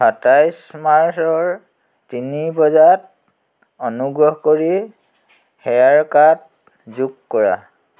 সাতাইছ মাৰ্চৰ তিনি বজাত অনুগ্ৰহ কৰি হেয়াৰকাট যোগ কৰা